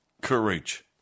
courage